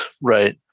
Right